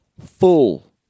full